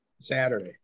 Saturday